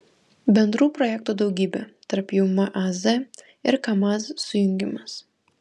bendrų projektų daugybė tarp jų maz ir kamaz sujungimas